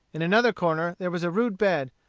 in another corner there was a rude bed,